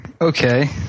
okay